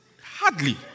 Hardly